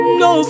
no